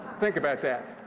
think about that.